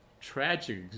tragic